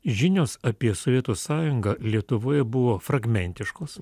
žinios apie sovietų sąjungą lietuvoje buvo fragmentiškos